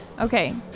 Okay